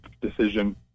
decision